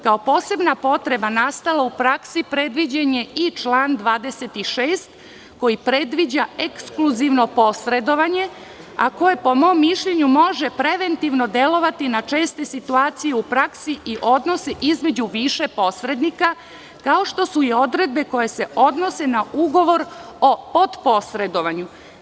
Kao posebna potreba nastala u praksi predviđen je i član 26. koji predviđa ekskluzivno posredovanje, a koje po mom mišljenju može preventivno delovati na česte situacije u praksi i odnose između više posrednika, kao što su i odredbe koje se odnose na ugovor o podposredovanju.